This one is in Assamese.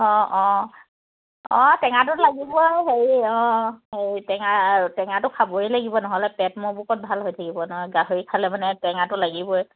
অঁ অঁ অঁ টেঙাটোত লাগিব আৰু হেৰি অঁ হেৰি টেঙা আৰু টেঙাটো খাবই লাগিব নহ'লে পেট মূৰবোৰ ক'ত ভাল হৈ থাকিব নহয় গাহৰি খালে মানে টঙাটো লাগিবই